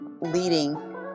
leading